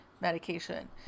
medication